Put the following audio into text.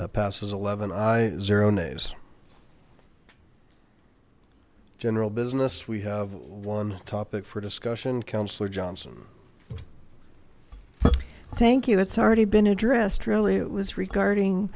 robot passes eleven i zero ne's general business we have one topic for discussion councilor johnson thank you that's already been addressed really it was regarding